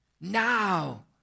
Now